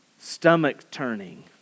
stomach-turning